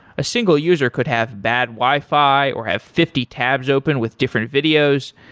a single user could have bad wi-fi or have fifty tabs open with different videos,